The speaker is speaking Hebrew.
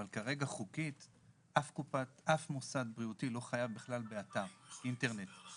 אבל כרגע חוקית אף מוסד בריאותי לא חייב בכלל באתר אינטרנט.